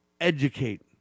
educate